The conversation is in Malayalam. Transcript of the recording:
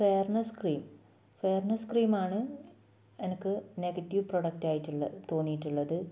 ഫെയർനെസ് ക്രീം ഫെയർനെസ് ക്രീമാണ് എനിക്ക് നെഗറ്റീവ് പ്രോഡക്റ്റ് ആയിട്ടുള്ള തോന്നീട്ടുള്ളത്